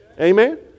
Amen